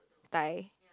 Thai